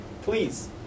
please